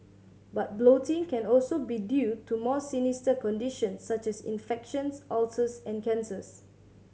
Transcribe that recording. but bloating can also be due to more sinister conditions such as infections ulcers and cancers